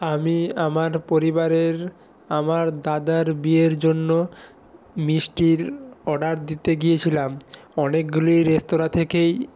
আমি আমার পরিবারের আমার দাদার বিয়ের জন্য মিষ্টির অর্ডার দিতে গিয়েছিলাম অনেকগুলি রেস্তোরাঁ থেকেই